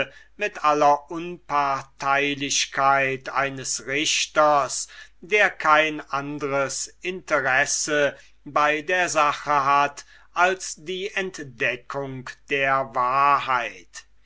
mit aller unparteilichkeit eines richters der kein ander interesse bei der sache hat als die entdeckung der wahrheit